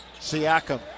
Siakam